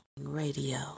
radio